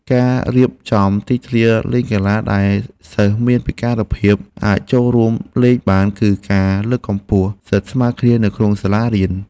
ការរៀបចំទីធ្លាលេងកីឡាដែលសិស្សមានពិការភាពអាចចូលរួមលេងបាន គឺជាការលើកកម្ពស់សិទ្ធិស្មើគ្នានៅក្នុងសាលា។